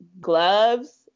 gloves